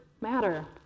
matter